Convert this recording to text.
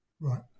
Right